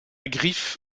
griffe